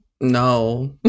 No